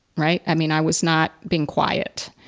right? i mean, i was not being quiet.